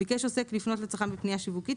ביקש עוסק לפנות לצרכן בפנייה שיווקית,